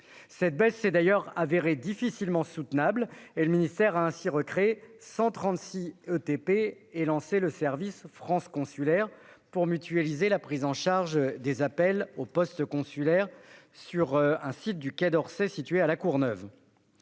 Cette baisse s'étant révélée difficilement soutenable, le ministère a ainsi recréé 136 ETP et lancé le service France Consulaire, pour mutualiser la prise en charge des appels aux postes consulaires sur le site du Quai d'Orsay situé à La Courneuve.